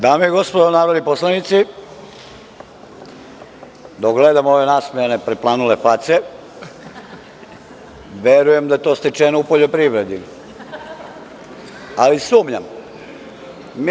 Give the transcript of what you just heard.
Dame i gospodo narodni poslanici, dok gledam ove nasmejane preplanule face, verujem da je to stečeno u poljoprivredi, ali sumnjam.